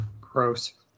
Gross